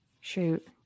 Shoot